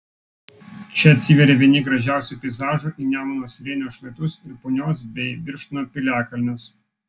čia atsiveria vieni gražiausių peizažų į nemuno slėnio šlaitus ir punios bei birštono piliakalnius